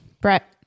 Brett